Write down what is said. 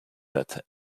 that